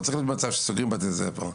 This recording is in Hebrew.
לא צריך להיות מצב שסוגרים בתי ספר.